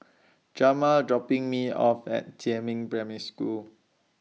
Jamar dropping Me off At Jiemin Primary School